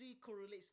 correlates